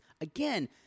again—